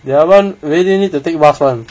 their [one] really need to take bus [one]